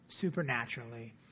supernaturally